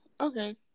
okay